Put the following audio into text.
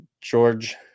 George